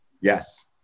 Yes